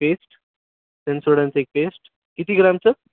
paste सेनसोडानचे एक paste किती ग्रामचं